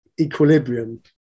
equilibrium